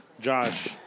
Josh